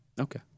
Okay